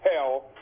hell